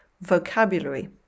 vocabulary